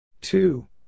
Two